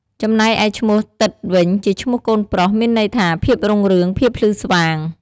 ចំណែកឯឈ្មោះទិត្យវិញជាឈ្មោះកូនប្រុស មានន័យថាភាពរុងរឿង ភាពភ្លឺស្វាង។